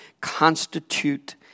constitute